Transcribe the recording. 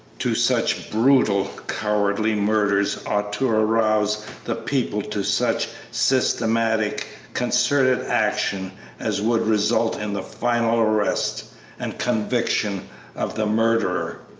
two such brutal, cowardly murders ought to arouse the people to such systematic, concerted action as would result in the final arrest and conviction of the murderer.